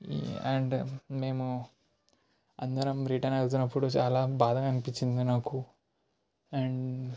and మేము అందరం return వెళ్తున్నప్పుడు చాలా బాధగా అనిపించింది నాకు అండ్